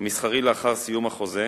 המסחרי לאחר סיום החוזה,